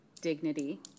dignity